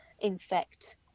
infect